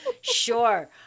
Sure